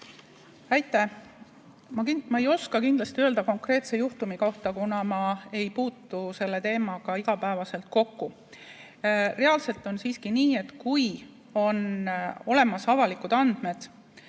Aitäh! Ma ei oska kindlasti vastata konkreetse juhtumi kohta, kuna ma ei puutu selle teemaga igapäevaselt kokku. Reaalselt on siiski nii, et kui on olemas avalikud andmed,